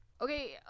Okay